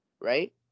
right